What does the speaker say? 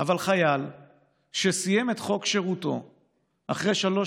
אבל חייל שסיים את חוק שירותו אחרי שלוש